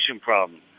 problem